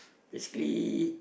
basically